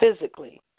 physically